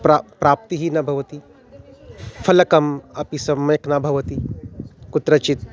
प्र प्राप्तिः न भवति फ़लकम् अपि सम्यक् न भवति कुत्रचित्